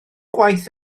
gwaith